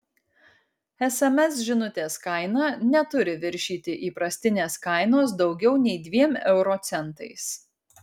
sms žinutės kaina neturi viršyti įprastinės kainos daugiau nei dviem euro centais